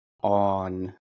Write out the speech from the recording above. on –